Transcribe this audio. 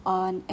on